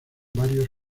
varios